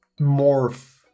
morph